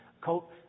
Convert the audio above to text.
coat